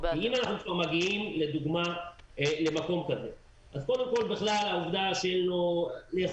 אם אנחנו מגיעים לדוגמה למקום כזה, קשה לאכוף.